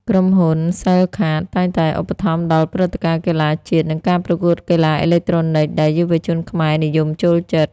ក្រុមហ៊ុន សែលកាត (Cellcard) តែងតែឧបត្ថម្ភដល់ព្រឹត្តិការណ៍កីឡាជាតិ និងការប្រកួតកីឡាអេឡិចត្រូនិកដែលយុវជនខ្មែរនិយមចូលចិត្ត។